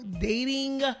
dating